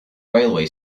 railway